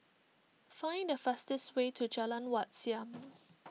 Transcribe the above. find the fastest way to Jalan Wat Siam